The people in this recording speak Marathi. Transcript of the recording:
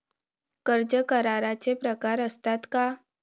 कर्ज कराराचे प्रकार असतात का?